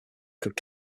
could